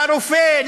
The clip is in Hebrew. לרופא,